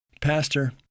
Pastor